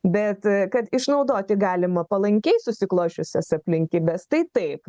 bet kad išnaudoti galima palankiai susiklosčiusias aplinkybes tai taip